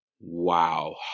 wow